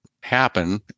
happen